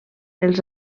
els